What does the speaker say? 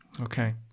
Okay